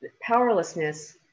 powerlessness